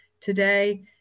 Today